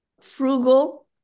frugal